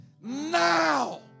now